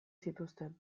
zituzten